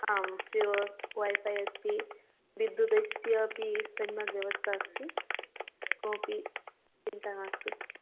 आं फ़्री व् वैफ़ै अस्ति विद्युतः अपि सम्यक् व्यवस्था काऽपि चिन्ता मास्तु